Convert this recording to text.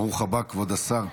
ברוך הבא, כבוד השר.